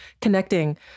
connecting